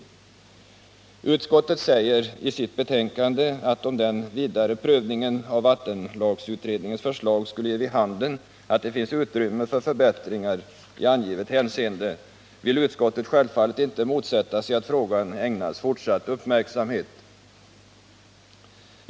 105 Utskottet säger i sitt betänkande att om den vidare prövningen av vattenlagsutredningens förslag skulle ge vid handen att det finns utrymme för förbättringar i angivet hänseende, vill utskottet självfallet inte motsätta sig att frågan ägnas fortsatt uppmärksamhet.